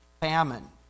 famine